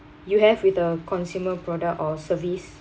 you have with the consumer product or service